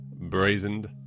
brazened